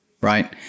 right